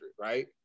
right